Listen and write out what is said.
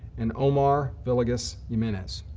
and omar villegas jimenez.